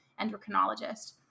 endocrinologist